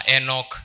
Enoch